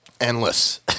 endless